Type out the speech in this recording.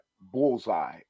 bullseye